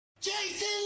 jason